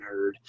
nerd